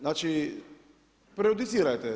Znači prejudicirajte.